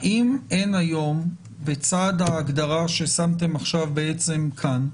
האם אין היום בצד ההגדרה ששמתם עכשיו כאן,